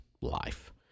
life